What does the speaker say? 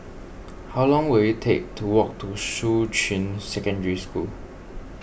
how long will it take to walk to Shuqun Secondary School